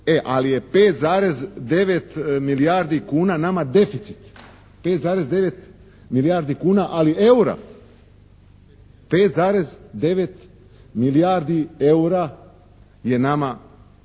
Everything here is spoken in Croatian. E, ali je 5,9 milijardi kuna nama deficit. 5,9 milijardi kuna, ali eura, 5,9 milijardi eura je nama,